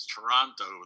Toronto